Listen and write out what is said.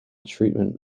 treatment